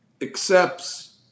accepts